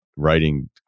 Writing